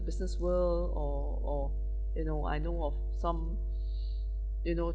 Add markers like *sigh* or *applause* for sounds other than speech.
business world or or you know I know of some *breath* you know